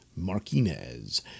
Marquinez